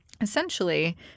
essentially